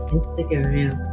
Instagram